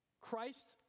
Christ